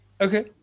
okay